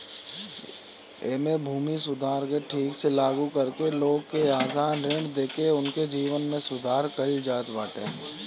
एमे भूमि सुधार के ठीक से लागू करके लोग के आसान ऋण देके उनके जीवन में सुधार कईल जात बाटे